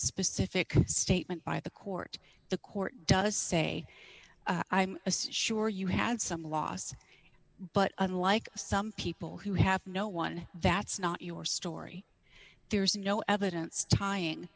specific statement by the court the court does say i'm a says sure you had some loss but unlike some people who have no one that's not your story there's no evidence tying